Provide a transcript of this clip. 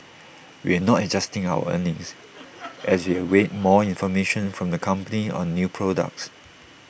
we are not adjusting our earnings as we await more information from the company on new products